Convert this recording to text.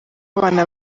abana